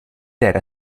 era